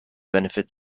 benefit